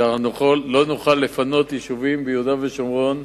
שאנחנו לא נוכל לפנות יישובים ביהודה ושומרון,